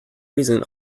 reason